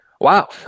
Wow